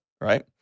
right